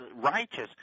righteous